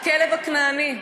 הכלב הכנעני.